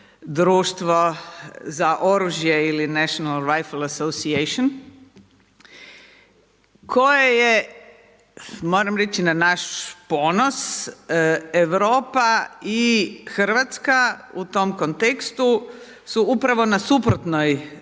društvo za oružje ili National … koje je moram reći na naš ponos Europa i Hrvatska u tom kontekstu su upravo na suprotnoj